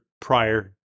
prior